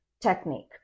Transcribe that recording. technique